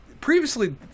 Previously